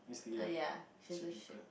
err ya she's a sheep